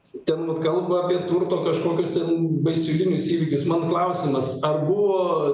ten vat kalba apie turto kažkokius tai baisulinius įvykius man klausimas ar buvo